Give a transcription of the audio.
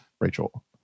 Rachel